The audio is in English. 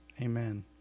Amen